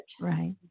Right